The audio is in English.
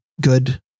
good